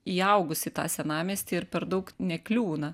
įaugusi į tą senamiestį ir per daug nekliūna